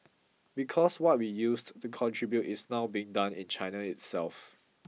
because what we used to contribute is now being done in China itself